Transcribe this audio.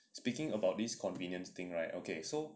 speaking about this convenience thing right okay so